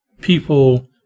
people